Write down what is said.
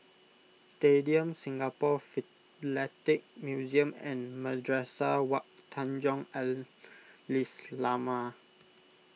Stadium Singapore Philatelic Museum and Madrasah Wak Tanjong Al Islamiah